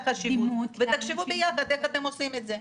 החשיבות ותחשבו יחד איך אתם עושים את זה.